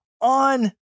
on